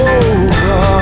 over